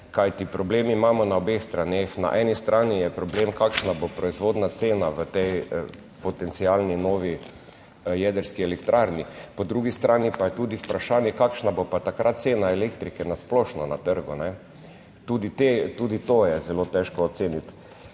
kajti problem imamo na obeh straneh, na eni strani je problem, kakšna bo proizvodna cena v tej potencialni novi jedrski elektrarni, po drugi strani pa je tudi vprašanje, kakšna bo pa takrat cena elektrike na splošno na trgu **126. TRAK: (NB) –